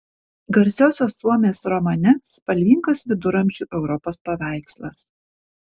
garsiosios suomės romane spalvingas viduramžių europos paveikslas